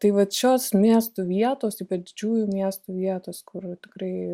tai vat šios miestų vietos ypač didžiųjų miestų vietos kur tikrai